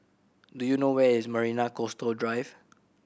do you know where is Marina Coastal Drive